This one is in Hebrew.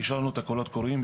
אישרנו את הקולות קוראים,